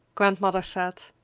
grandmother said,